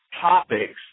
topics